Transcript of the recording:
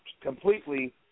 completely